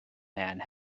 man